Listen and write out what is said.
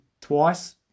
twice